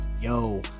yo